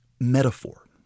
metaphor